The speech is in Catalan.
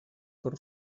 per